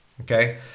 Okay